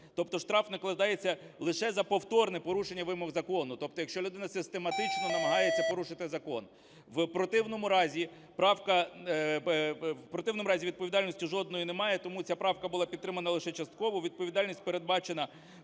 Тобто штраф накладається лише за повторне порушення вимог закону, тобто якщо людина систематично намагається порушити закон. В противному разі правка… в противному разі відповідальності жодної немає. Тому ця правка була підтримана лише частково, відповідальність передбачена